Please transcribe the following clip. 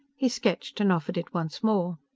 he sketched and offered it once more.